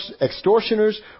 extortioners